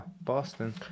Boston